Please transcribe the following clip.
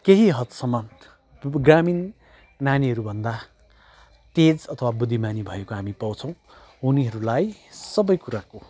केही हदसम्म पुपु ग्रामीण नानीहरू भन्दा तेज अथवा बुद्धिमानी भएको हामी पाउँछौँ उनीहरूलाई सबै कुराको